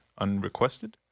unrequested